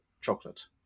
chocolate